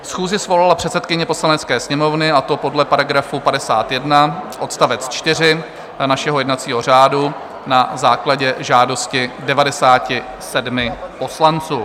Schůzi svolala předsedkyně Poslanecké sněmovny, a to podle § 51 odst. 4 našeho jednacího řádu, na základě žádosti 97 poslanců.